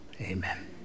Amen